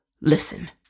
Listen